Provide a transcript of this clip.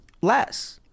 Less